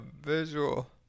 visual